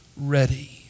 ready